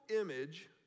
image